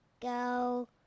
go